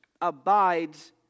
abides